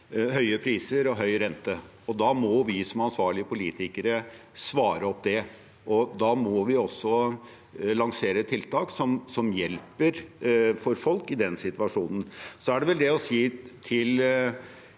høye priser og høy rente. Da må vi som ansvarlige politikere svare opp det, og vi må også lansere tiltak som hjelper folk i den situasjonen. Så er det vel det å si til